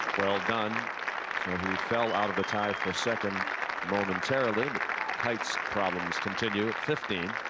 well done fell out of a tie for second momentarily kite's problems continue. fifteen.